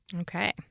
Okay